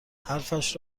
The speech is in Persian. حرفش